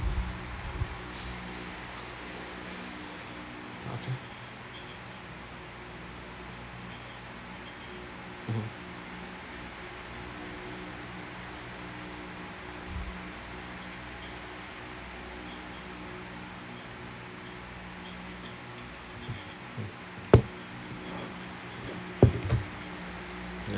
okay mmhmm ya